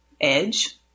edge